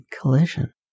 collision